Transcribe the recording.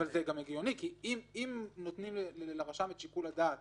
זה גם הגיוני, כי אם נותנים לרשם את שיקול הדעת